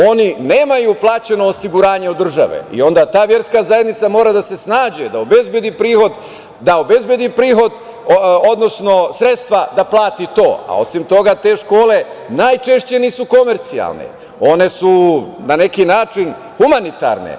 Oni nemaju plaćeno osiguranje od države i onda ta verska zajednica mora da se snađe da obezbedi prihod, odnosno sredstva da plati to, a osim toga te škole najčešće nisu komercijalne, one su na neki način humanitarne.